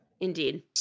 Indeed